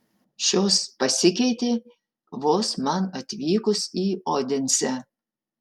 šios pasikeitė vos man atvykus į odensę